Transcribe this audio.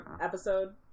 episode